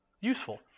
useful